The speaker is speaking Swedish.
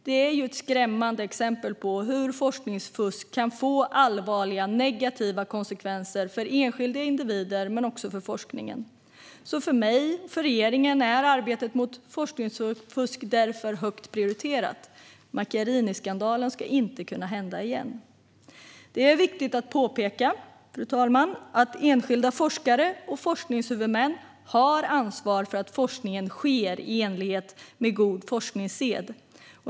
Det är ett skrämmande exempel på hur forskningsfusk kan få allvarliga negativa konsekvenser för enskilda individer men också för forskningen. För mig och regeringen är arbetet mot forskningsfusk därför högt prioriterat. Macchiariniskandalen ska inte kunna hända igen. Det är viktigt att påpeka, fru talman, att enskilda forskare och forskningshuvudmän har ansvar för att forskningen sker i enlighet med god forskningssed.